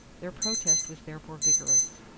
their protest was therefore vigorous.